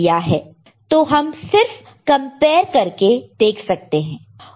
तो हम सिर्फ कंपेयर करके देख सकते हैं